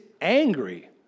angry